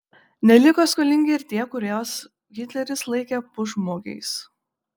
neliko skolingi ir tie kuriuos hitleris laikė pusžmogiais